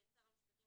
(ב)שר המשפטים,